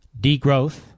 Degrowth